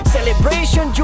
Celebration